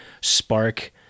spark